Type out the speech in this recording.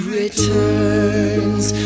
returns